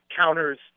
counters